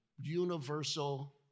universal